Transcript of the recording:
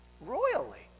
royally